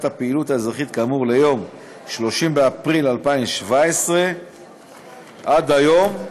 הפעילות האזרחית כאמור ליום 30 באפריל 2017. עד היום,